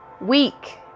week